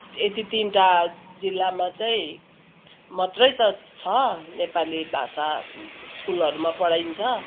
एति तिनटा जिल्लामा चाहिँ मात्रै त छ नेपाली भाषा स्कुलहरूमा पढाइन्छ